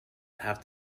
have